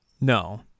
No